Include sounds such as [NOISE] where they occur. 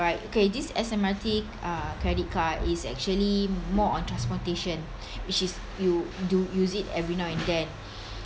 right okay this S_M_R_T uh credit card is actually more on transportation [BREATH] which is you do use it every now and then